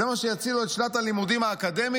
זה מה שיציל לו את שנת הלימודים האקדמית?